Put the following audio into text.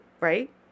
Right